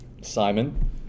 Simon